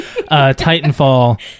titanfall